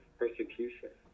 persecution